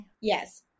yes